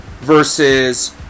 versus